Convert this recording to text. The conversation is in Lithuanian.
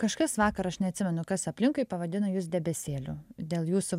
kažkas vakar aš neatsimenu kas aplinkui pavadino jus debesėliu dėl jūsų